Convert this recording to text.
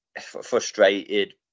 frustrated